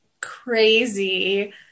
crazy